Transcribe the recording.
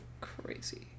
crazy